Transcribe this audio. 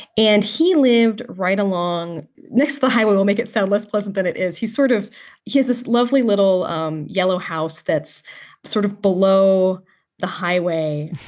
and he lived right along. next, the highway will make it sound less pleasant than it is. he sort of has this lovely little um yellow house that's sort of below the highway.